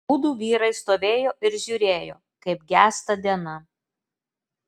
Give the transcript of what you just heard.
abudu vyrai stovėjo ir žiūrėjo kaip gęsta diena